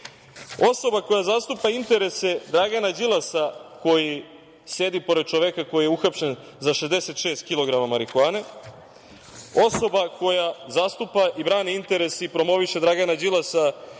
osoba koja zastupa interese Dragana Đilasa, koji sedi pored čoveka koji je uhapšen za 66 kilograma marihuane, osoba koja zastupa i brani interes i promoviše Dragana Đilasa,